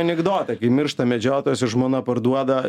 anekdotą kai miršta medžiotojas o žmona parduoda